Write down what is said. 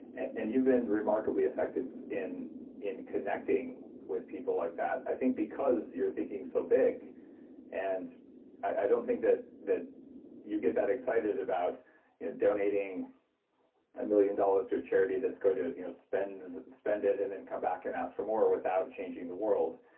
and you've been remarkably effective in in connecting with people like that i think because you're thinking so big and i don't think that that you get that excited about you know donating a million dollars to a charity that's going to you know spend spend it and then come back and ask for more without changing the world.